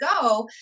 go